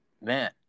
man